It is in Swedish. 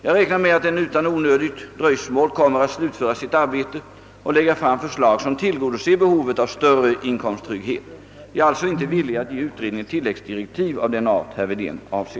Jag räknar med att den utan onödigt dröjsmål kommer att slutföra sitt arbete och lägga fram förslag som tillgodoser behovet av större inkomsttrygghet. Jag är alltså inte villig att ge utredningen tillläggsdirektiv av den art herr Wedén avser.